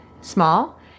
small